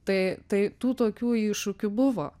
tai tai tų tokių iššūkių buvo